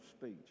speech